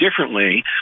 differently